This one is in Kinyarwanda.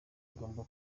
ugomba